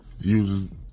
using